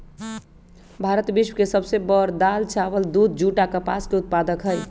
भारत विश्व के सब से बड़ दाल, चावल, दूध, जुट आ कपास के उत्पादक हई